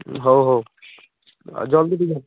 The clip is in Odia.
ହଉ ହଉ ଆଉ ଜଲ୍ଦି ଟିକେ